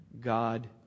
God